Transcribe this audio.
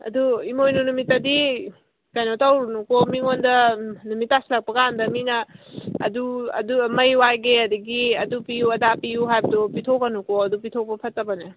ꯑꯗꯨ ꯏꯃꯣꯏꯅꯨ ꯅꯨꯃꯤꯠꯇꯗꯤ ꯀꯩꯅꯣ ꯇꯧꯔꯨꯅꯨꯀꯣ ꯃꯤꯉꯣꯟꯗ ꯅꯨꯃꯤꯠ ꯇꯥꯁꯤꯜꯂꯛꯄꯀꯥꯟꯗ ꯃꯤꯅ ꯑꯗꯨ ꯃꯩ ꯋꯥꯏꯒꯦ ꯑꯗꯒꯤ ꯑꯗꯨ ꯄꯤꯌꯨ ꯑꯗꯥ ꯄꯤꯌꯨ ꯍꯥꯏꯕꯗꯨ ꯄꯤꯊꯣꯛꯀꯅꯨꯀꯣ ꯑꯗꯨ ꯄꯤꯊꯣꯛꯄ ꯐꯠꯇꯕꯅꯦ